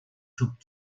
xup